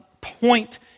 point